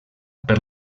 per